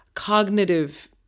cognitive